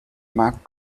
mark